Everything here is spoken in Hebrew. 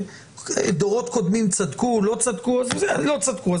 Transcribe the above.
דורות קודמים צדקו או לא צדקו לא צדקו?